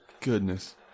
Goodness